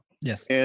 Yes